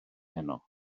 heno